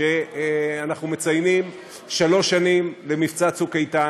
כשאנחנו מציינים שלוש שנים למבצע צוק איתן.